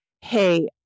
hey